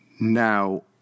Now